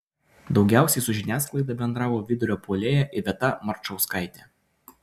daugiausiai su žiniasklaida bendravo vidurio puolėja iveta marčauskaitė